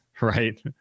right